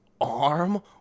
arm